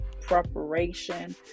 preparation